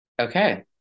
Okay